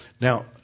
Now